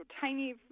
tiny